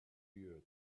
year